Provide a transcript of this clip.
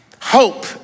hope